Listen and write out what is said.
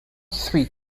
three